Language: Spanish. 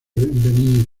benín